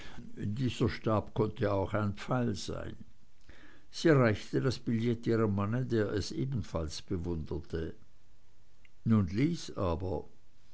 dieser stab konnte aber auch ein pfeil sein sie reichte das billett ihrem mann der es ebenfalls bewunderte nun lies aber